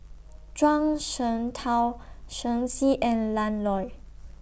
Zhuang Shengtao Shen Xi and Lan Loy